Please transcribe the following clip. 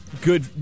good